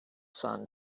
sun